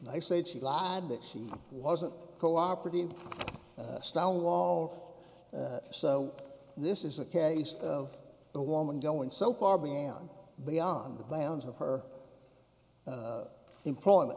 they said she lied that she wasn't cooperating style law so this is a case of a woman going so far beyond beyond the bounds of her employment